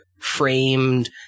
framed